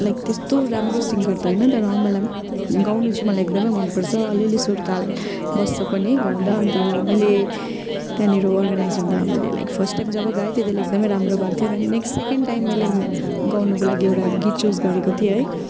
like त्यस्तो राम्रो singer त होइन तर मलाई गाउनु चाहिँ मलाई एकदमै मनपर्छ अलिअलि सुरताल बस्छ पनि गाउँदा अन्त मैले त्यहाँनिर अर्गनाइज हुँदा मैले लाइक फर्स्ट टाइम जब गाएँ त्यति बेला एकदमै राम्रो भएको थियो अन्त नेक्स्ट सेकेन्ड टाइम मैले गाउनुको लागि एउटा गीत चुज गरेको थिएँ है